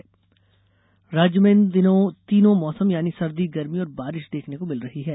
मौसम राज्य में इन दिनों तीनों मौसम यानी सर्दी गर्मी और बारिश देखने को मिल रहे है